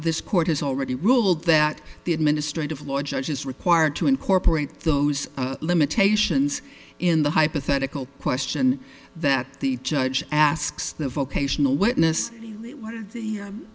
this court has already ruled that the administrative law judge is required to incorporate those limitations in the hypothetical question that the judge asks the vocational witness that